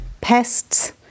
pests